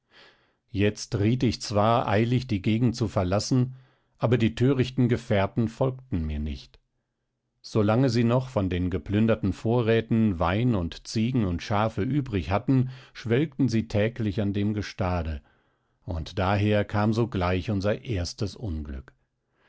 jetzt riet ich zwar eilig die gegend zu verlassen aber die thörichten gefährten folgten mir nicht so lange sie noch von den geplünderten vorräten wein und ziegen und schafe übrig hatten schwelgten sie täglich an dem gestade und daher kam sogleich unser erstes unglück